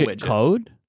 code